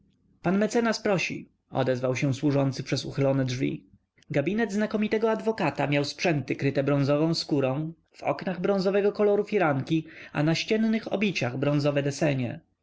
pan mecenas prosi odezwał się służący przez uchylone drzwi gabinet znakomitego adwokata miał sprzęty kryte bronzową skórą w oknach bronzowego koloru firanki a na ściennych obiciach bronzowe desenie